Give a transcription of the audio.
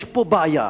יש פה בעיה.